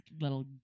little